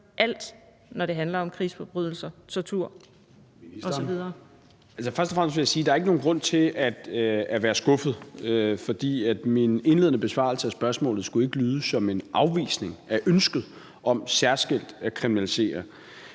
Kl. 13:33 Justitsministeren (Peter Hummelgaard): Først og fremmest vil jeg sige, at der ikke er nogen grund til at være skuffet, for min indledende besvarelse af spørgsmålet skulle ikke lyde som en afvisning af ønsket om særskilt at kriminalisere,